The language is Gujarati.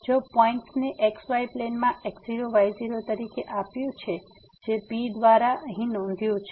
તેથી જો પોઇન્ટ્સ ને xy પ્લેનમાં x0 y0 તરીકે આપ્યું છે જે P દ્વારા અહીં નોંધ્યું છે